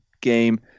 game